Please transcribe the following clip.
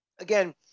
again